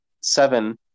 seven